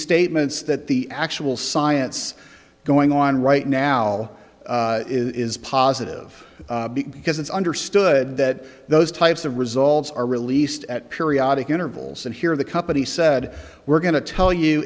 statements that the actual science going on right now is positive because it's understood that those types of results are released at periodic intervals and here the company said we're going to tell you